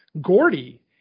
Gordy